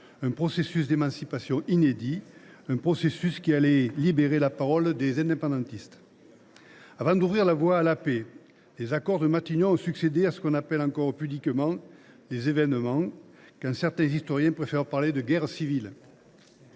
un processus d’émancipation inédit qui allait libérer la parole des indépendantistes. Avant d’ouvrir la voie à la paix, les accords de Matignon ont succédé à ce que l’on appelle encore pudiquement « les événements », quand certains historiens préfèrent parler de « guerre civile